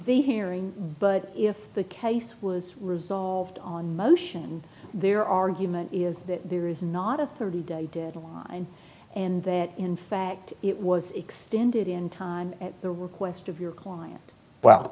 hearing but if the case was resolved on the motion their argument is that there is not a thirty day deadline and that in fact it was extended in time at the request of your client well